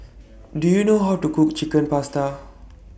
Do YOU know How to Cook Chicken Pasta